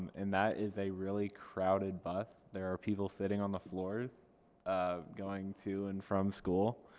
and that is a really crowded bus. there are people sitting on the floors um going to and from school,